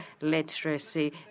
literacy